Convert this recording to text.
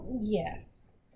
Yes